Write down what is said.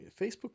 Facebook